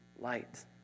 light